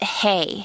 hey